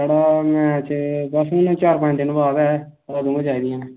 साढ़ा मैच चार पंज दिन बाद ऐ अदूं गै चाही दियां न